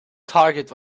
target